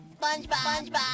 SpongeBob